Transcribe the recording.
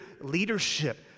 leadership